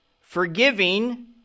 Forgiving